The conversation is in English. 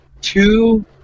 two